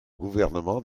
gouvernement